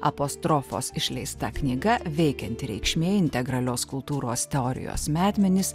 apostrofos išleista knyga veikianti reikšmė integralios kultūros teorijos metmenys